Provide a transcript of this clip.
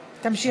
תמשיך,